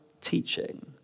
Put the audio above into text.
teaching